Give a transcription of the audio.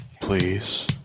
please